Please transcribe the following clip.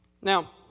Now